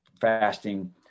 fasting